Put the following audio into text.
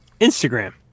Instagram